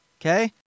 Okay